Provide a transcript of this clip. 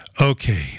Okay